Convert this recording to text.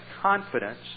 confidence